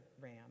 ram